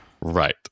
right